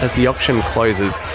ah the auction closes,